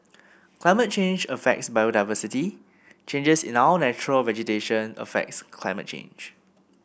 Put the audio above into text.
climate change affects biodiversity changes in our natural vegetation affects climate change